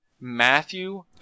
Matthew